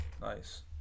nice